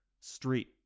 street